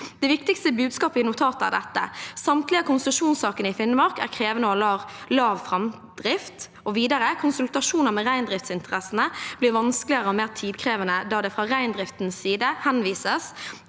«Det viktigste budskapet i notatet er dette: Samtlige av konsesjonssakene i Finnmark er krevende og har lav framdrift». Og videre: «Konsultasjoner med reindriftsinteressene blir vanskeligere og mer tidkrevende, da det fra reindriftens side henvises